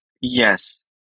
yes